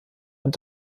und